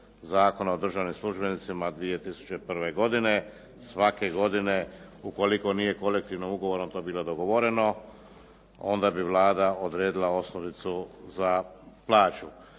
Zakona o državnim službenicima 2001. godine svake godine. Ukoliko nije kolektivnim ugovorom to bilo dogovoreno onda bi Vlada odredila osnovicu za plaću.